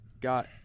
got